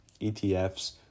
ETFs